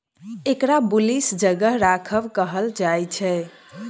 एकरा बुलिश जगह राखब कहल जायछे